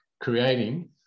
creating